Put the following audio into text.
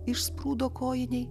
išsprūdo kojinei